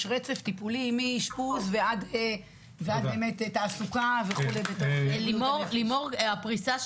יש רצף טיפולי מאשפוז ועד באמת תעסוקה וכו' בתוך בריאות הנפש.